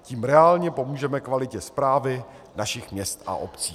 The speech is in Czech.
Tím reálně pomůžeme kvalitě správy našich měst a obcí.